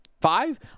five